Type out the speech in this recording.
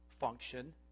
function